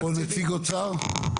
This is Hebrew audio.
יש פה נציג אוצר?